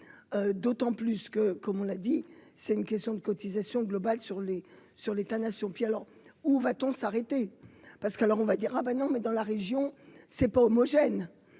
d'autant plus que comme on l'a dit, c'est une question de cotisation globale sur les sur l'État-Nation puis alors. Où va-t-on s'arrêter parce qu'alors on va dire : ah ben non, mais dans la région, c'est pas homogène ah